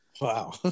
Wow